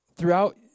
Throughout